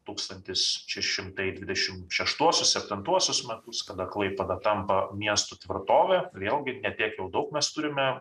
tūkstantis šeši šimtai dvidešim šeštuosius septintuosius metus kada klaipėda tampa miestu tvirtove vėlgi ne tiek jau daug mes turime